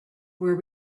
were